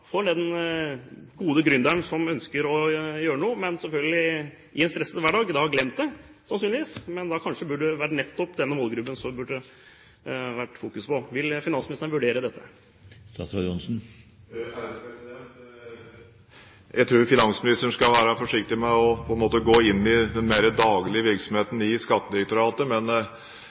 den gode gründeren som ønsker å gjøre noe, men som selvfølgelig i en stresset hverdag har glemt det, sannsynligvis. Men det var kanskje nettopp den målgruppen som det burde ha vært fokusert på. Vil finansministeren vurdere dette? Jeg tror finansministeren skal være forsiktig med å gå inn i den mer daglige virksomheten i Skattedirektoratet. Men